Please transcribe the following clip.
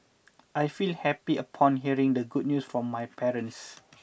I felt happy upon hearing the good news from my parents